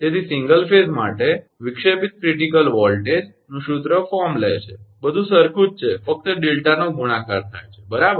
તેથી single phase line માટે વિક્ષેપિત ક્રિટિકલ વોલ્ટેજનું સૂત્ર ફોર્મ લે છે બધું સરખું જ છે ફક્ત 𝛿 નો ગુણાકાર થાય છે બરાબર